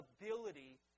ability